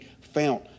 found